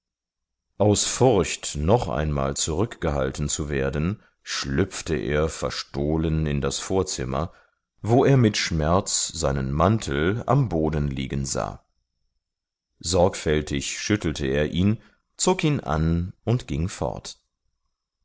aus furcht noch einmal zurückgehalten zu werden schlüpfte er verstohlen in das vorzimmer wo er mit schmerz seinen mantel am boden liegen sah sorgfältig schüttelte er ihn zog ihn an und ging fort